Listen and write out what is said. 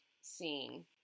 scene